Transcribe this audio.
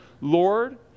Lord